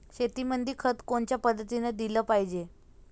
शेतीमंदी खत कोनच्या पद्धतीने देलं पाहिजे?